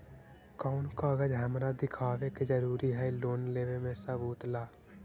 कौन कागज हमरा दिखावे के जरूरी हई लोन लेवे में सबूत ला?